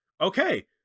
Okay